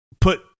put